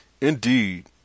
Indeed